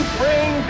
bring